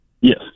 Yes